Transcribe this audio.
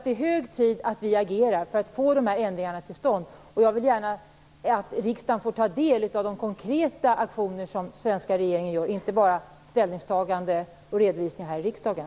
Det är hög tid att vi agerar för att få ändringar till stånd. Jag ser gärna att riksdagen får ta del av de konkreta aktioner som den svenska regeringen gör, inte bara ställningstagande och redovisning här i riksdagen.